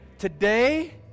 Today